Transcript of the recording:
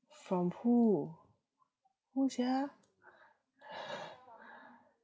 from who who sia